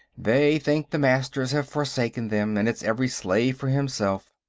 they think the masters have forsaken them, and it's every slave for himself.